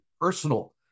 personal